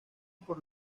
por